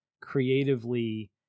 creatively